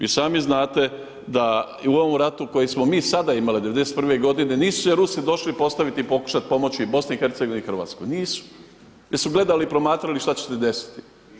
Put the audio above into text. I sami znate da i u ovom ratu koji smo mi sada imali '91. godine, nisu se Rusi došli postaviti i pokušati pomoći BiH-a i Hrvatskoj, nisu jer su gledali i promatrali šta će se desiti.